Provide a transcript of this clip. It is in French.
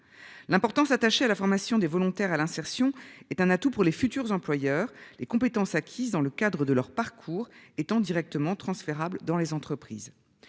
L'importance attachée à la formation des volontaires à l'insertion est un atout pour les futurs employeurs les compétences acquises dans le cadre de leur parcours étant directement transférables dans les entreprises